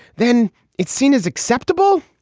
then it's seen as acceptable.